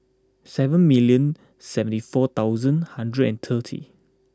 seven million seventy four thousand hundred and thirty